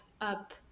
up